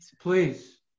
Please